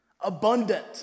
abundant